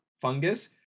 fungus